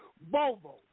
bobo